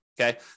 okay